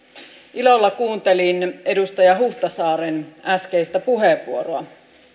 ilolla kuuntelin edustaja huhtasaaren äskeistä puheenvuoroa